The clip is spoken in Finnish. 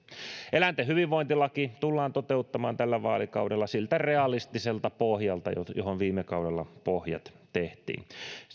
eläinten hyvinvointilaki tullaan toteuttamaan tällä vaalikaudella siltä realistiselta pohjalta johon viime kaudella pohjat tehtiin